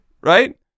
Right